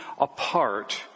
apart